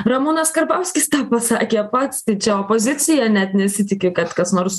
ramūnas karbauskis tą pasakė pats tai čia opozicija net nesitiki kad kas nors